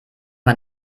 man